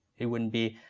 it wouldn't be,